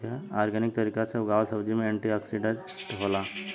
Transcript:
organic तरीका से उगावल सब्जी में एंटी ओक्सिडेंट होला